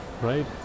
right